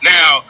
Now